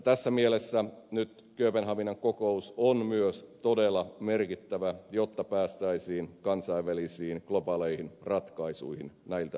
tässä mielessä nyt kööpenhaminan kokous on myös todella merkittävä jotta päästäisiin kansainvälisiin globaaleihin ratkaisuihin näiltä osin